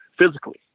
Physically